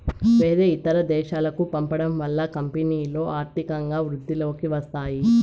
వేరే ఇతర దేశాలకు పంపడం వల్ల కంపెనీలో ఆర్థికంగా వృద్ధిలోకి వస్తాయి